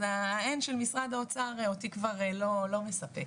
אז האין של משרד האוצר אותי כבר לא מספק.